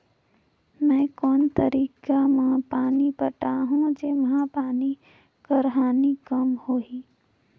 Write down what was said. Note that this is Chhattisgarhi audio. मैं कोन तरीका म पानी पटाहूं जेमा पानी कर हानि कम होही?